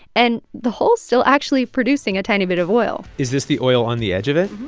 and the hole's still actually producing a tiny bit of oil is this the oil on the edge of it?